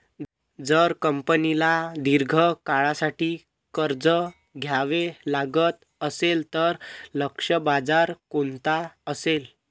जर कंपनीला दीर्घ काळासाठी कर्ज घ्यावे लागत असेल, तर लक्ष्य बाजार कोणता असेल?